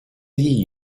gli